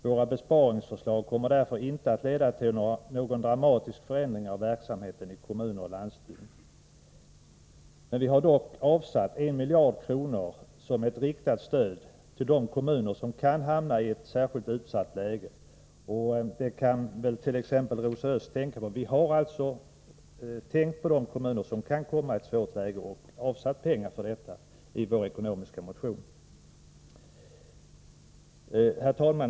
Våra besparingsförslag kommer därför inte att leda till någon dramatisk förändring av verksamheten i kommuner och landsting. Vi har dock avsatt 1 miljard kronor som ett riktat stöd till de kommuner som kan hamna i ett särskilt utsatt läge, detta som en upplysning till bl.a. Rosa Östh med tanke på den tidigare debatten. Vi har alltså tänkt på de kommuner som kan komma i ett svårt läge och avsatt pengar för detta i vår ekonomiska motion. Herr talman!